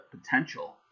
potential